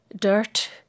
dirt